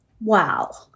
wow